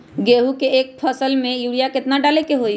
गेंहू के एक फसल में यूरिया केतना डाले के होई?